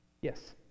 Yes